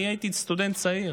אני הייתי סטודנט צעיר,